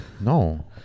no